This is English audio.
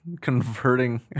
converting